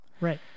Right